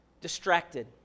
distracted